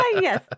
Yes